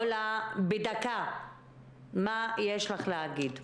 עולה נג'מי, מה יש לך להגיד,